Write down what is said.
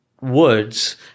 woods